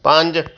ਪੰਜ